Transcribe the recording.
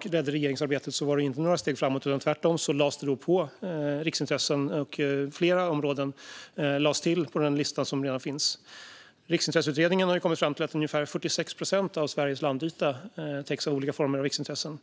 ledde regeringsarbetet var det inte några steg framåt. Tvärtom lades det till riksintressen på den lista som redan fanns. Riksintresseutredningen har kommit fram till att ungefär 46 procent av Sveriges landyta täcks av olika former av riksintressen.